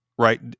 right